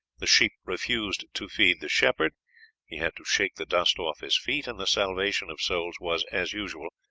the sheep refused to feed the shepherd he had to shake the dust off his feet, and the salvation of souls was, as usual,